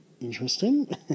interesting